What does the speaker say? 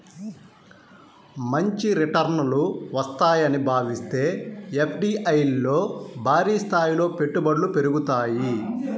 మంచి రిటర్నులు వస్తాయని భావిస్తే ఎఫ్డీఐల్లో భారీస్థాయిలో పెట్టుబడులు పెరుగుతాయి